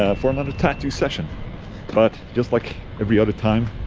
ah for another tattoo session but just like every other time